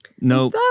No